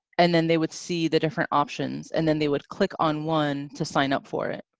and then they would see the different options, and then they would click on one to sign up for it.